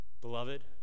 beloved